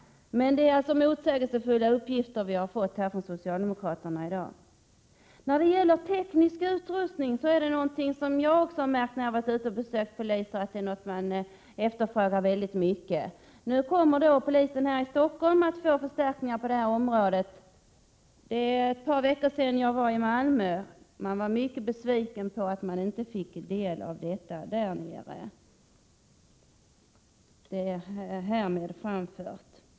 Men det är alltså motsägelsefulla uppgifter som vi har fått från socialdemokraterna i dag. När det gäller teknisk utrustning har jag också märkt, när jag har varit ute och besökt poliskårer, att det är någonting som man efterfrågar väldigt mycket. Nu kommer polisen i Stockholm att få förstärkningar på det här området. Det är ett par veckor sedan jag var i Malmö. Man var mycket besviken över att man inte fick del av en sådan förstärkning där nere — och det är härmed framfört.